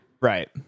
Right